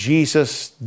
Jesus